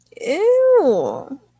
Ew